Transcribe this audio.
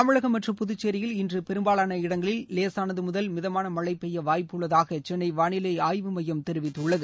தமிழகம் மற்றும் புதுச்சேரியில் இன்று பெரும்பாவாள இடங்களில் லேசானது முதல் மிதமான மழை பெய்ய வாய்ப்புள்ளதாக சென்னை வானிலை ஆய்வு மையம் தெரிவித்துள்ளது